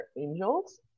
angels